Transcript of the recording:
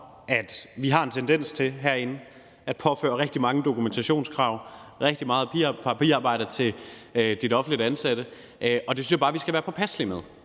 at vi har en tendens til herinde at påføre rigtig mange dokumentationskrav, rigtig meget papirarbejde til de offentligt ansatte, og det synes jeg bare vi skal være påpasselige med.